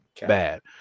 bad